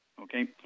okay